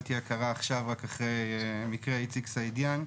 קיבלתי הכרה עכשיו, רק אחרי מקרה איציק סעידיאן,